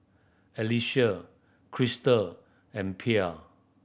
Alecia Crystal and Pierre